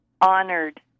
honored